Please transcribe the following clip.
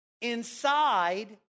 inside